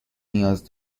نیاز